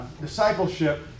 discipleship